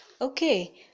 Okay